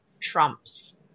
trumps